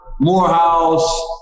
Morehouse